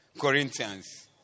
Corinthians